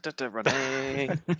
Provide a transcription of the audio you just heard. Running